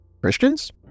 Christians